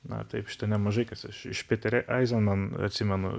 na taip šita nemažai kas aš aš peterį aizeman atsimenu